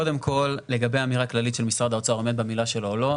קודם כל לגבי האמירה הכללית שמשרד האוצר עומד במילה שלו או לא,